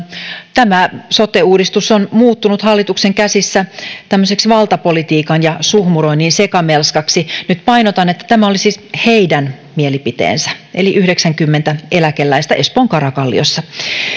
tämä sote uudistus on muuttunut hallituksen käsissä tämmöiseksi valtapolitiikan ja suhmuroinnin sekamelskaksi nyt painotan että tämä oli siis heidän mielipiteensä eli yhdeksänkymmentä eläkeläistä espoon karakalliossa